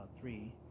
three